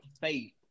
faith